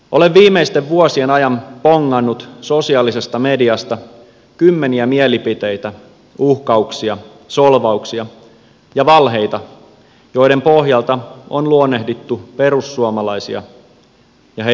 olen viimeisten vuosien ajan bongannut sosiaalisesta mediasta kymmeniä mielipiteitä uhkauksia solvauksia ja valheita joiden pohjalta on luonnehdittu perussuomalaisia ja heidän kannattajiaan